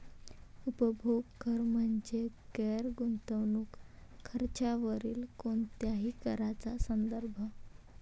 उपभोग कर म्हणजे गैर गुंतवणूक खर्चावरील कोणत्याही कराचा संदर्भ